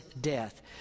death